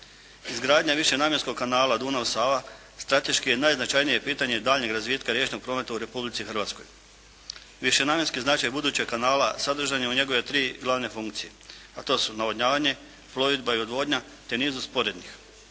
Izgradnja višenamjenskog kanala Dunav – Sava strateški je najznačajnije pitanje daljnjeg razvitka riječnog prometa u Republici Hrvatskoj. Višenamjenski značaj budućeg kanale sadržan je u njegove tri glavne funkcije, a to su navodnjavanje, plovidba i odvodnja, te nizu sporednih.